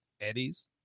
Eddie's